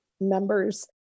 Members